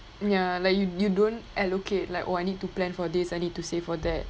ya like you you don't allocate like oh I need to plan for this I need to save for that